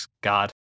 God